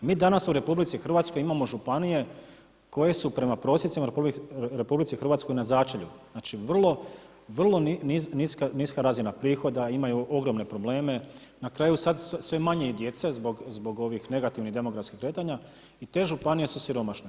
Mi dana u RH imamo županije koje su prema prosjecima u RH na začelju, znači vrlo niska razina prihoda, imaju ogromne probleme, na kraju sad sve manje i djece zbog ovih negativnih demografskih kretanja i te županije su siromašne.